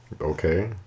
Okay